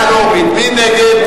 מי נגד?